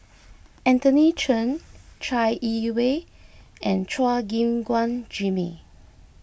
Anthony Chen Chai Yee Wei and Chua Gim Guan Jimmy